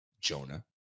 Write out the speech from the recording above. Jonah